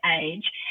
age